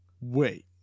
Wait